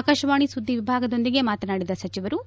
ಆಕಾಶವಾಣಿ ಸುದ್ದಿ ವಿಭಾಗದೊಂದಿಗೆ ಮಾತನಾಡಿದ ಸಚಿವರು